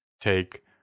take